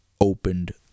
opened